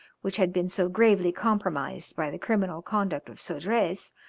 which had been so gravely compromised by the criminal conduct of sodrez,